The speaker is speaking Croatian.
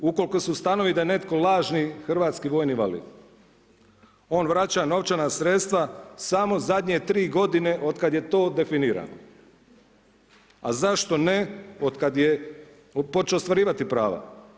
Ukoliko se ustanovi da je netko lažni hrvatski vojni invalid, on vraća novčana sredstva samo zadnje 3 godine od kad je to definirano.“ A zašto ne otkad je počeo ostvarivati prava?